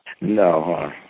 No